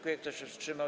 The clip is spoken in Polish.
Kto się wstrzymał?